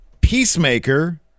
Peacemaker